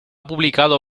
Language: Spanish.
publicado